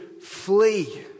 flee